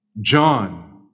John